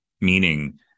meaning